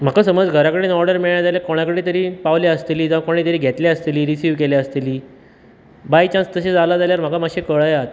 म्हाका समज घरा कडेन ऑडर मेळ्ळ्या जाल्यार कोणा कडेन तरी पावल्या आसतली कोणे तरी घेतल्या आसतली रिसीव केल्या आसतली बाय चान्स तशें जाला जाल्यार म्हाका मात्शे कळयात